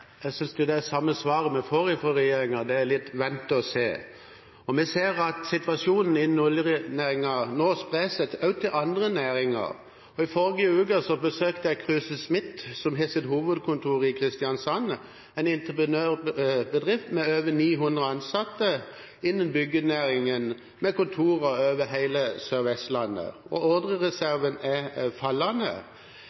Jeg synes det er det samme svaret vi får fra regjeringen – det er litt vente og se. Vi ser at situasjonen innen oljenæringen nå også sprer seg til andre næringer. I forrige uke besøkte jeg Kruse Smith som har sitt hovedkontor i Kristiansand, en entreprenørbedrift med over 900 ansatte innen byggenæringen, med kontorer over hele Sør-Vestlandet, og